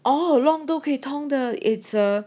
all along 都可以通的 it's uh